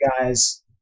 guys